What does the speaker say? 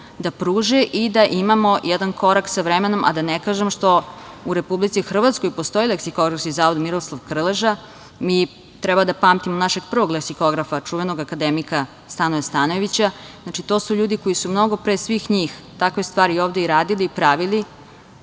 da pruže i da imamo jedan korak sa vremenom, a da ne kažem što u Republici Hrvatskoj postoji Leksikografski zavod „Miroslav Krleža“. Mi treba da pamtimo našeg prvog leksikografa, čuvenog akademika Stanoja Stanojevića. Znači, to su ljudi koji su mnogo pre svih njih takve stvari ovde i radili i pravili,